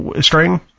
strain